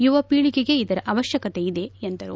ಯುವ ಪೀಳಿಗೆಗೆ ಇದರ ಅವಶ್ಯಕತೆ ಇದೆ ಎಂದರು